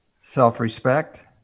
self-respect